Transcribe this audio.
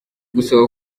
gusa